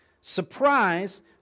Surprise